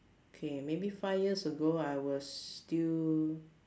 K maybe five years ago I was still